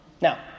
Now